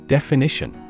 Definition